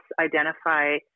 identify